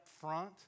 front